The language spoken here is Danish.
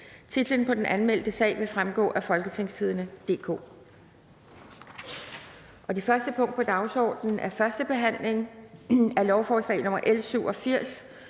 Titlen på den anmeldte sag vil fremgå af www.folketingstidende.dk (jf. ovenfor). --- Det første punkt på dagsordenen er: 1) 1. behandling af lovforslag nr. L 87: